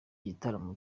gitaramo